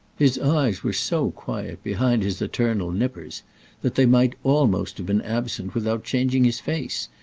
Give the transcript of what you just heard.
his eyes were so quiet behind his eternal nippers that they might almost have been absent without changing his face,